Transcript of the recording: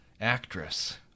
actress